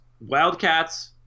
Wildcats